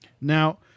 Now